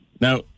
Now